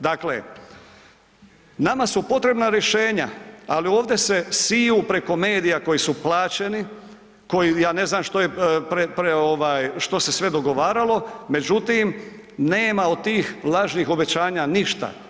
Dakle, nama su potrebna rješenja, ali ovdje se siju preko medija koji su plaćeni, koji, ja ne znam što je, ovaj, što se sve dogovaralo, međutim, nema od tih lažnih obećanja ništa.